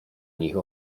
nich